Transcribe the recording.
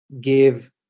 give